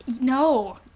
no